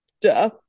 duh